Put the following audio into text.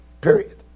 Period